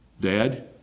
Dad